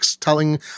telling